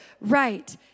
right